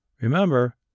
Remember